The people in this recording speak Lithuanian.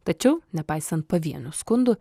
tačiau nepaisant pavienių skundų